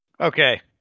Okay